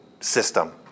system